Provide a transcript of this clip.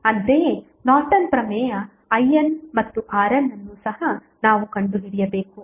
ಅಂತೆಯೇ ನಾರ್ಟನ್ ಪ್ರಮೇಯ IN ಮತ್ತು RNಅನ್ನು ಸಹ ನಾವು ಕಂಡು ಹಿಡಿಯಬೇಕು